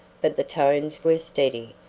but the tones were steady,